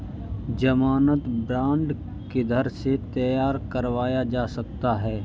ज़मानत बॉन्ड किधर से तैयार करवाया जा सकता है?